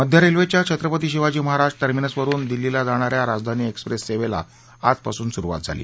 मध्य रेल्वेच्या छत्रपती शिवाजी महाराज टर्मिनसवरुन दिल्लीला जाणाऱ्या राजधानी एक्सप्रेस सेवेला आजपासून सुरुवात झाली